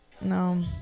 no